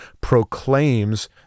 proclaims